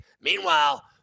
Meanwhile